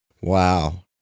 Wow